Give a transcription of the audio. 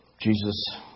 Jesus